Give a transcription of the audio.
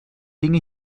dinge